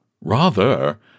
Rather